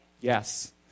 yes